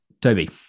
Toby